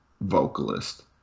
vocalist